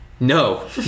No